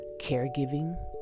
caregiving